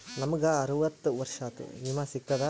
ನಮ್ ಗ ಅರವತ್ತ ವರ್ಷಾತು ವಿಮಾ ಸಿಗ್ತದಾ?